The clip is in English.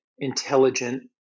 intelligent